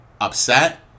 upset